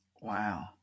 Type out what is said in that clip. Wow